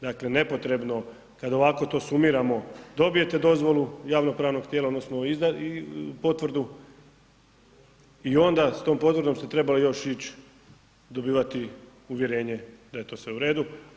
Dakle, nepotrebno kad ovako to sumiramo dobijete dozvolu javno pravnog tijela odnosno izda potvrdu i onda s tom potvrdom se još treba ići dobivati uvjerenje da je to sve u redu.